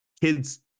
kids